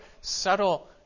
subtle